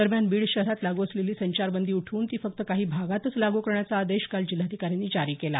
दरम्यान बीड शहरात लागू असलेली संचारबंदी उठवून ती फक्त काही भागातच लागू करण्याचा आदेश काल जिल्हाधिकाऱ्यांनी जारी केला